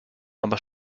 aber